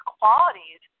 qualities